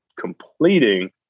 completing